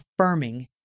affirming